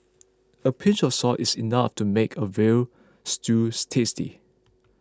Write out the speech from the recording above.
a pinch of salt is enough to make a Veal Stews tasty